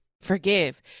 forgive